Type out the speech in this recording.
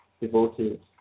devoted